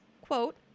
quote